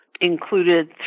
included